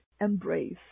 embrace